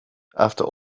after